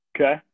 Okay